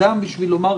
כדי שאדם יאמר כן,